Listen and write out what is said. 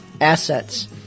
assets